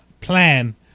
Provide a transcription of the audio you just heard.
plan